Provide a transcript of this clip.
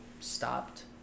stopped